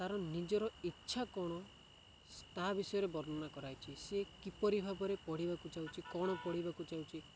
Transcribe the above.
ତାର ନିଜର ଇଚ୍ଛା କ'ଣ ତା ବିଷୟରେ ବର୍ଣ୍ଣନା କରାହୋଇଛି ସିଏ କିପରି ଭାବରେ ପଢ଼ିବାକୁ ଚାହୁଁଛି କ'ଣ ପଢ଼ିବାକୁ ଚାହୁଁଛି